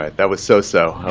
that was so-so.